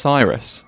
Cyrus